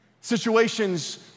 Situations